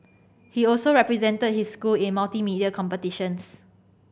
he also represented his school in multimedia competitions